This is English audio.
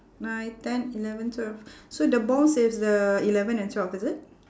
nine ten eleven twelve so the balls is the eleven and twelve is it